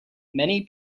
many